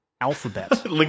alphabet